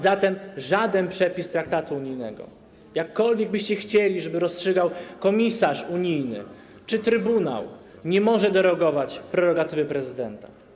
Zatem żaden przepis traktatu unijnego, jakkolwiek chcielibyście, żeby rozstrzygał komisarz unijny czy Trybunał, nie może derogować prerogatywy prezydenta.